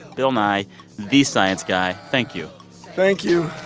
bill, nye the science guy, thank you thank you